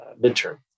midterm